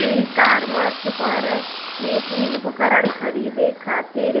ई कॉमर्स पर कृषी उपकरण खरीदे खातिर